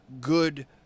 good